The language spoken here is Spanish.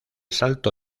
salto